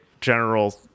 general